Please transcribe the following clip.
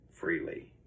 freely